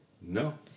No